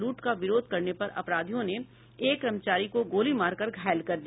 लूट का विरोध करने पर अपराधियों ने एक कर्मचारी को गोली मारकर घायल कर दिया